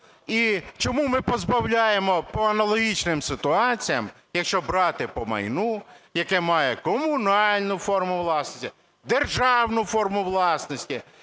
І чому ми позбавляємо по аналогічних ситуаціях, якщо брати по майну, яке має комунальну форму власності, державну форму власності?